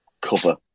cover